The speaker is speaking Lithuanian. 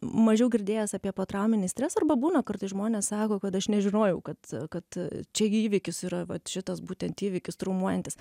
mažiau girdėjęs apie potrauminį stresą arba būna kartais žmonės sako kad aš nežinojau kad kad čia gi įvykis yra vat šitas būtent įvykis traumuojantis